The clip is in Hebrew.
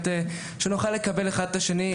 ושנוכל לקבל אחד את השני,